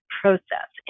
process